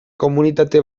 komunitate